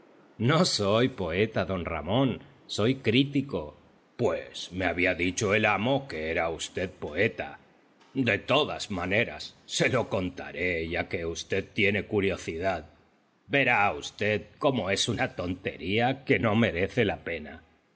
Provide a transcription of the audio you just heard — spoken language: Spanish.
no soy poeta d ramón soy crítico pues me había dicho el amo que era usted poeta de todas maneras se lo contaré ya que v tiene curiosidad verá v como es una tontería que no merece la pena